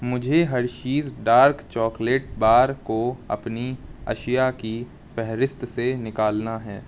مجھے Hershey's dark chocolate bar کو اپنی اشیا کی فہرست سے نکالنا ہے